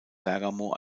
bergamo